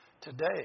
Today